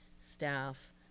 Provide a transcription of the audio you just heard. staff